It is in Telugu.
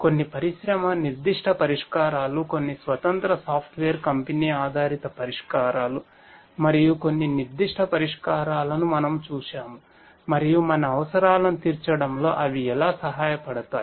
కొన్ని పరిశ్రమ నిర్దిష్ట పరిష్కారాలు కొన్ని స్వతంత్ర సాఫ్ట్వేర్ కంపెనీ ఆధారిత పరిష్కారాలు మరియు కొన్ని నిర్దిష్ట పరిష్కారాలను మనము చూశాము మరియు మన అవసరాలను తీర్చడంలో అవి ఎలా సహాయపడతాయి